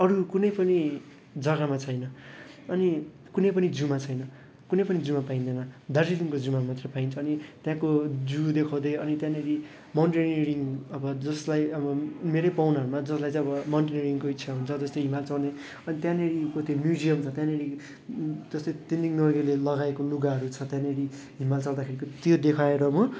अरू कुनै पनि जग्गामा छैन अनि कुनै पनि जूमा छैन कुनै पनि जूमा पाइँदैन दार्जिलिङको जूमा मात्र पाइन्छ अनि त्यहाँको जू देखाउँदै अनि त्यहाँनिर माउन्टनेरिङ अब जसलाई अब मेरै पाहुनाहरूमा जसलाई अब माउन्टनेरिङको इच्छा हुन्छ जस्तै हिमाल चढ्ने अनि त्यहाँनिरको त्यो म्युजियम छ त्यहाँनिर जस्तै तेन्जिङ नोर्गेले लगाएको लुगाहरू छ त्यहाँनिर हिमाल चढ्दाखेरिको त्यो देखाएर मो